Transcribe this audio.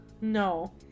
No